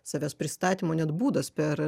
savęs pristatymo net būdas per